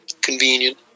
convenient